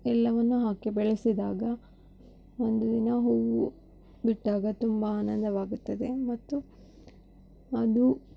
ಎಲ್ಲವನ್ನು ಹಾಕಿ ಬೆಳೆಸಿದಾಗ ಒಂದು ದಿನ ಹೂವು ಬಿಟ್ಟಾಗ ತುಂಬ ಆನಂದವಾಗುತ್ತದೆ ಮತ್ತು ಅದು